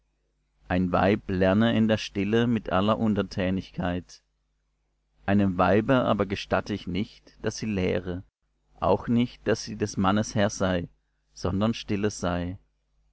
ein weib lerne in der stille mit aller untertänigkeit einem weibe aber gestatte ich nicht daß sie lehre auch nicht daß sie des mannes herr sei sondern stille sei